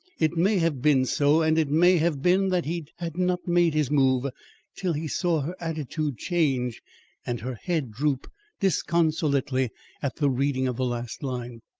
it may have been so, and it may have been that he had not made his move till he saw her attitude change and her head droop disconsolately at the reading of the last line.